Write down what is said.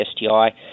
STI